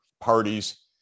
parties